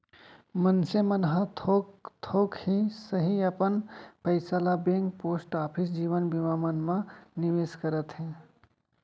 मनसे मन ह थोक थोक ही सही अपन पइसा ल बेंक, पोस्ट ऑफिस, जीवन बीमा मन म निवेस करत हे